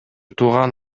тууган